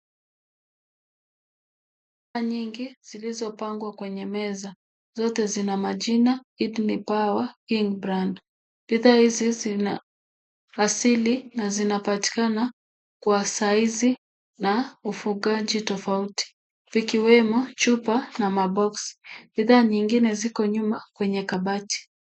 Chupa nyingi zilizopangwa kwenye meza. Zote zina majina, Kidney Power Inbrand. Bidhaa hizi zina asili na zinapatikana kwa saizi za ufungaji tofauti, vikiwemo chupa na maboksi. Bidhaa nyingine ziko nyuma kwenye kabati.